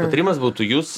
patarima būtų jūs